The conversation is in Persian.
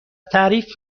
تعریف